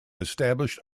established